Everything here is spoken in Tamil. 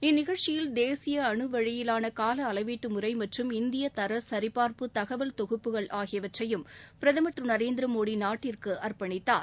இந்நிகழ்ச்சியில் தேசிய அணு வழியிலான கால அளவீட்டு முறை மற்றும் இந்திய தர சரிபார்ப்பு தகவல் தொகுப்புகள் ஆகியவற்றையும் பிரதமர் திரு நரேந்திரமோடி இன்று நாட்டிற்கு அர்ப்பணித்தார்